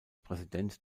präsident